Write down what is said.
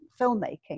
filmmaking